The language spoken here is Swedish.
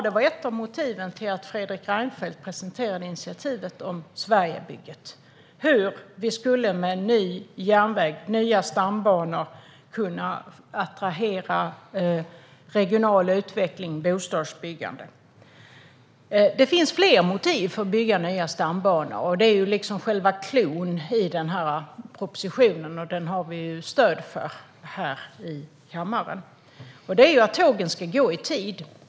Det var ett av motiven till att Fredrik Reinfeldt presenterade initiativet Sverigebygget: hur vi med en ny järnväg, nya stambanor, skulle kunna attrahera regional utveckling och bostadsbyggande. Det finns fler motiv för att bygga nya stambanor, och det är själva cloun i denna proposition, som vi har stöd för här i kammaren. Ett är att tågen ska gå i tid.